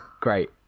great